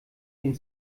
den